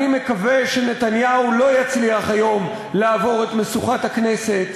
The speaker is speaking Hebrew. אני מקווה שנתניהו לא יצליח היום לעבור את משוכת הכנסת.